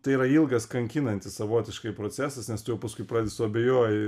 tai yra ilgas kankinantis savotiškai procesas nes tu jau paskui pradedi suabejoji